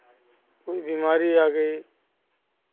कोई बीमारी आ गई